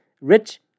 rich